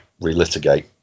relitigate